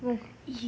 आह